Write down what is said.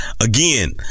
again